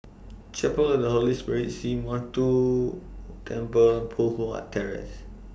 Chapel of The Holy Spirit Sree Temple Poh Huat Terrace